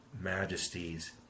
majesties